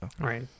Right